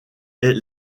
est